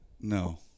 No